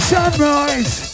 Sunrise